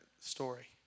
story